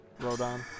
Rodon